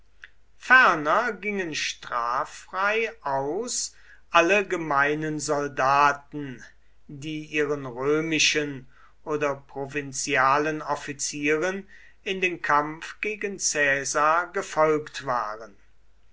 ferner gingen straffrei aus alle gemeinen soldaten die ihren römischen oder provinzialen offizieren in den kampf gegen caesar gefolgt waren